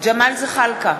ג'מאל זחאלקה,